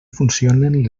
funcionen